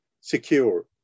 secure